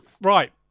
Right